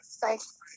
thanks